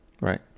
Right